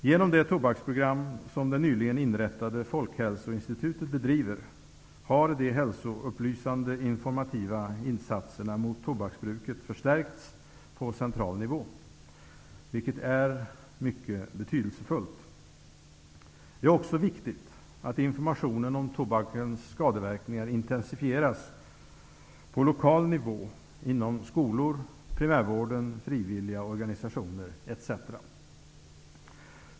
Genom det tobaksprogram som det nyligen inrättade Folkhälsoinstitutet bedriver har de hälsoupplysande informativa insatserna mot tobaksbruket förstärkts på central nivå, vilket är mycket betydelsefullt. Det är också viktigt att informationen om tobakens skadeverkningar intensifieras på lokal nivå inom skolor, primärvården, frivilliga organisationer etc.